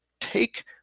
take